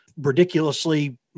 ridiculously